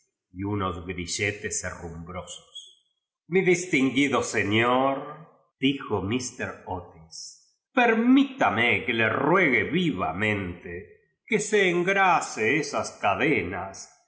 y unos grilletes herrumbrosos mi distinguido señor dijo míster otis permíteme que le niegue vivamente que se engrase esas cadenas